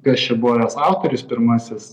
kas čia buvo jos autorius pirmasis